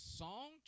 song